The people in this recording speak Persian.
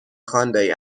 خاندایی